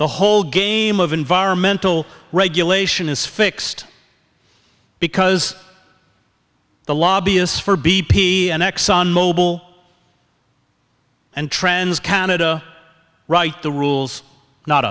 the whole game of environmental regulation is fixed because the lobbyists for b p and exxon mobil and trans canada write the rules not